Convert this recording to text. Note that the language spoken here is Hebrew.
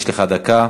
יש לך דקה.